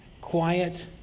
quiet